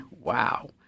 wow